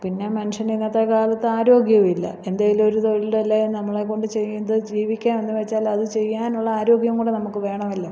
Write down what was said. പിന്നെ മനുഷ്യനിന്നത്തെക്കാലത്ത് ആരോഗ്യവുമില്ല എന്തെങ്കിലുമൊരു തൊഴിലല്ലെ നമ്മളേക്കൊണ്ട് ചെയ്ത് ജീവിക്കാമെന്ന് വെച്ചാലത് ചെയ്യാനുള്ള ആരോഗ്യവും കൂടെ നമ്മൾക്ക് വേണമല്ലോ